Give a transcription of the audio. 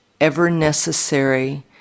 ever-necessary